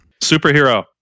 Superhero